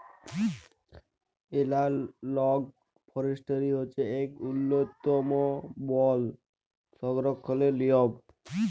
এলালগ forestry হছে ইক উল্ল্যতম বল সংরখ্খলের লিয়ম